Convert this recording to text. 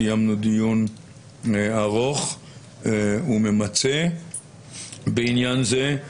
קיימנו דיון ארוך וממצה בעניין זה.